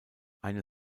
eine